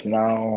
now